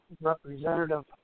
representative